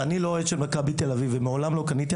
ואני לא אוהד של מכבי תל אביב ואני מעולם לא קניתי,